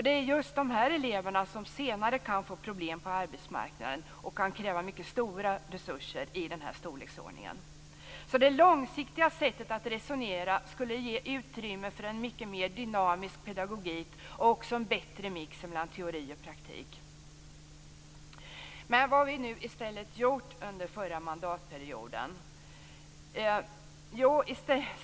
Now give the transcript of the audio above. Det är just dessa elever som senare kan få problem på arbetsmarknaden och som kan kräva mycket stora resurser i denna storleksordning. Det långsiktiga sättet att resonera skulle ge utrymme för en mycket mer dynamisk pedagogik och också en bättre mix mellan teori och praktik. Men vad gjorde vi i stället under förra mandatperioden?